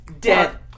Dead